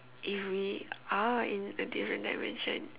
if we are in a different dimension